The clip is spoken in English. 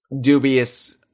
dubious